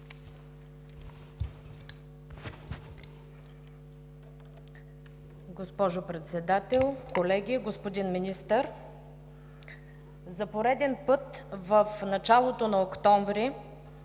Госпожо Председател, колеги! Господин Министър, за пореден път в началото на месец октомври